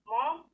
Mom